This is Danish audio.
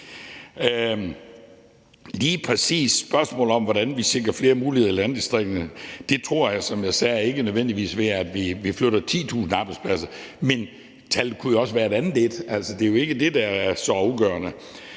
spørgsmålet om, hvordan vi sikrer flere muligheder i landdistrikterne, tror jeg, som jeg sagde, at det ikke nødvendigvis sker ved, at vi flytter 10.000 arbejdspladser, men tallet kunne jo også være et andet. Altså, det er jo ikke det, der er så afgørende.